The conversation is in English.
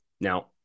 Now